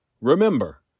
Remember